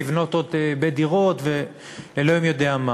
לבנות עוד בית-דירות ואלוהים יודע מה.